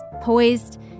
poised